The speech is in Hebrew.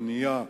בנייה,